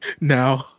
Now